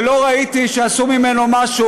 ולא ראיתי שעשו איתו משהו,